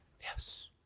Yes